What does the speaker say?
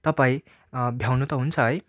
तपाईँ भ्याउनु त हुन्छ है